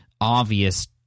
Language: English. obvious